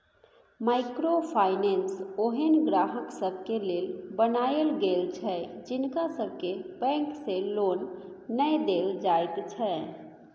micro finance ओहेन ग्राहक सबके लेल बनायल गेल छै जिनका सबके बैंक से लोन नै देल जाइत छै